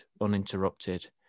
uninterrupted